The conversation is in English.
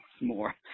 more